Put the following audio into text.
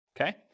okay